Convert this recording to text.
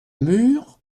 mûre